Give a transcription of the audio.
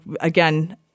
again